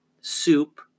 soup